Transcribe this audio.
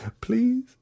Please